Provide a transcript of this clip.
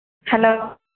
hello